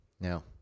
Now